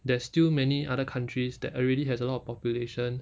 there's still many other countries that already has a lot of population